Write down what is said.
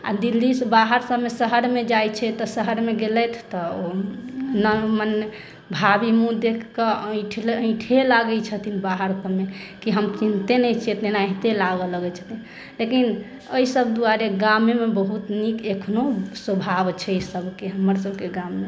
आ दिल्लीसँ बाहर सभमे शहर मे जाइ छै तऽ शहर मे गेलथि तऽ ओ ने मने भाभी मुँह देखऽ कऽ अइठल अइठे लागै छथिन बाहर सभमे कि हम चिन्हते नहि छियै तेनाहिते लागऽ लगै छथिन लेकिन ओहि सभ दुआरे गामे मे बहुत नीक एखनो स्वभाव छै सभके हमर सभके गाम मे